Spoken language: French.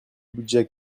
budget